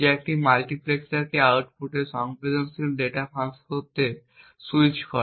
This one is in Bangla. যা একটি মাল্টিপ্লেক্সারকে আউটপুটে সংবেদনশীল ডেটা ফাঁস করতে স্যুইচ করে